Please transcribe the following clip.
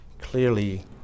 clearly